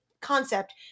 concept